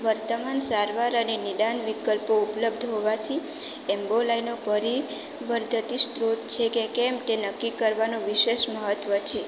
વર્તમાન સારવાર અને નિદાન વિકલ્પો ઉપલબ્ધ હોવાથી એમ્બોલાયનો પરિ વર્ધતી સ્રોત છે કે કેમ તે નક્કી કરવાનું વિશેષ મહત્ત્વ છે